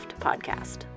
Podcast